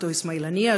אותו אסמאעיל הנייה,